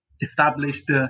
established